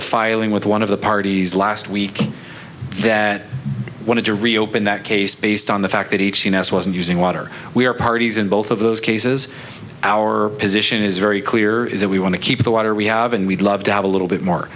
a filing with one of the parties last week that wanted to reopen that case based on the fact that each us wasn't using water we are parties in both of those cases our position is very clear is that we want to keep the water we have and we'd love to have a little bit more